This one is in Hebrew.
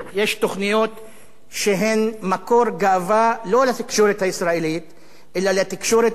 שהן מקור גאווה לא לתקשורת הישראלית אלא לתקשורת ברמה הבין-לאומית.